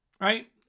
Right